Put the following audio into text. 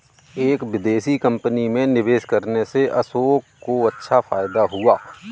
एक विदेशी कंपनी में निवेश करने से अशोक को अच्छा फायदा हुआ